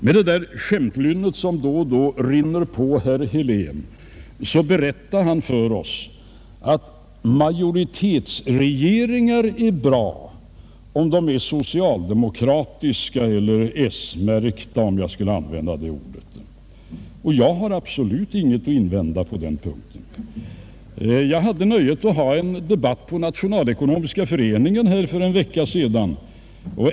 Med det skämtlynne som då och då rinner på herr Helén berättar han för oss att majoritetsregeringar är bra, om de är socialdemokratiska — eller s-märkta, om jag skall använda det ordet. Jag har absolut ingenting att invända på den punkten. Jag hade nöjet att ha en debatt på Nationalekonomiska föreningen för en vecka sedan.